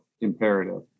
imperative